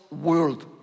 world